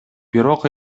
бирок